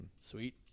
Sweet